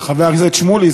חבר הכנסת שמולי,